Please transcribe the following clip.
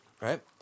right